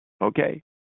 Okay